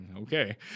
Okay